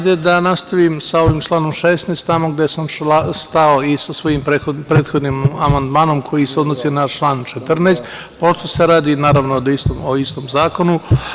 Da nastavim sa onim članom 16, tamo gde sam stao sa svojim prethodnim amandmanom koji se odnosi na član 14, pošto se radi o istom zakonu.